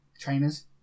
Trainers